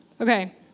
Okay